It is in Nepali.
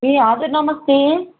ए हजुर नमस्ते